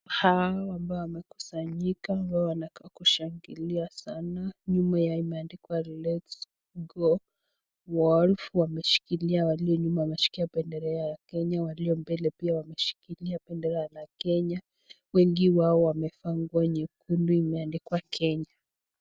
Hawa ambao wamekusanyika ambao wanakaa kushangilia sana, nyuma ya imeandikwa Let's Go Wolf . Wameshika walio nyuma wameshika bendera la Kenya, walio mbele pia wameshika bendera la Kenya. Wengi wao wamevaa nguo nyekundu imeandikwa Kenya.